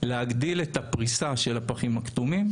להגדיל את הפריסה של הפחים הכתומים.